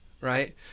right